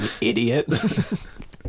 idiot